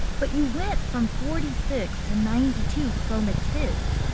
but you went from forty six to ninety two chromatids.